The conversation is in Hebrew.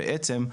בעצם,